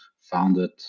founded